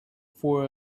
for